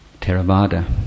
Theravada